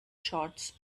shots